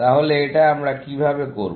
তাহলে এটা আমরা কিভাবে করব